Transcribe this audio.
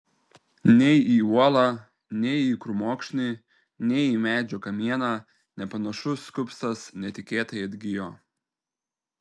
nei į uolą nei į krūmokšnį nei į medžio kamieną nepanašus kupstas netikėtai atgijo